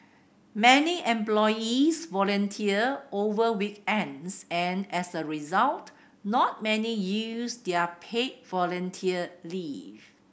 many employees volunteer over weekends and as a result not many use their paid volunteer leave